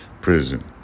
Prison